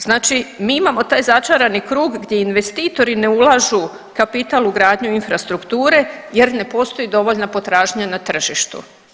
Znači mi imamo taj začarani krug gdje investitori ne ulažu kapital u gradnju infrastrukture jer ne postoji dovoljna potražnja na tržištu.